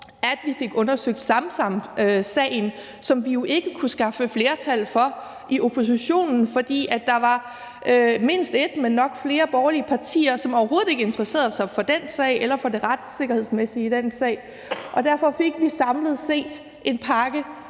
– og fik undersøgt Samsamsagen, som vi jo ikke kunne skaffe flertal for i oppositionen, fordi der var mindst ét, men nok flere borgerlige partier, som overhovedet ikke interesserede sig for den sag eller for det retssikkerhedsmæssige i den sag. Derfor fik vi samlet set en pakke,